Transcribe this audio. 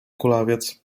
kulawiec